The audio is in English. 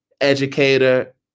educator